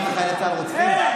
שנייה,